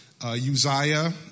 Uzziah